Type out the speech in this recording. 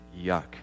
yuck